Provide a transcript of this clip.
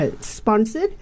Sponsored